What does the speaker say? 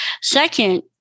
Second